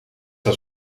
was